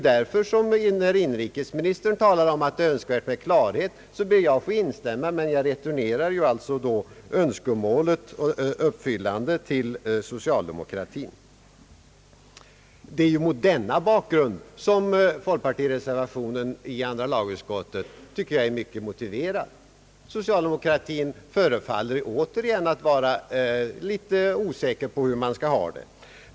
När inrikesministern talar om att det är önskvärt med klarhet ber jag att få instämma, men jag returnerar önskemålet om uppfyllandet till socialdemokraterna. Det är mot denna bakgrund som jag tycker att folkpartireservationen i andra lagutskottets utlåtande nr 26 är i hög grad motiverad. Socialdemokraterna förefaller återigen att vara litet osäkra på hur man skall ha det.